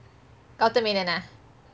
gautham menon[ah]